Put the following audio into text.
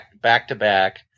back-to-back